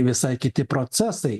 visai kiti procesai